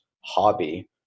hobby